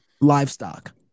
Livestock